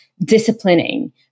disciplining